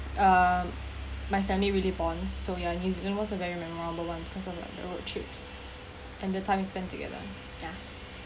um my family really bond so ya new zealand was a memorable memorable one because I like road trip and the time we spent together ya